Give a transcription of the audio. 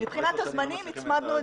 הזמנים,